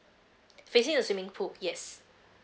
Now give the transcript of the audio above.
facing the swimming pool yes